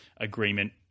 agreement